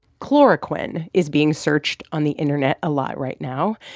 chloroquine is being searched on the internet a lot right now.